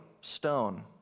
stone